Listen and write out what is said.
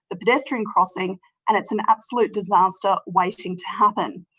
the pedestrian crossing and it's an absolute disaster waiting to happen.